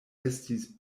estis